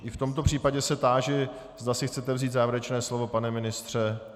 I v tomto případě se táži, zda si chcete vzít závěrečné slovo pane ministře?